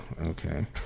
okay